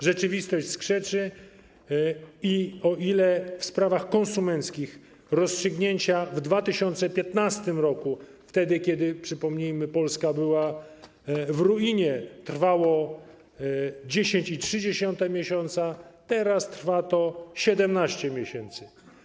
Rzeczywistość skrzeczy i o ile w sprawach konsumenckich rozstrzygnięcia w 2015 r. - wtedy kiedy, przypomnijmy, Polska była w ruinie - trwały 10,3 miesiąca, teraz trwa to 17 miesięcy.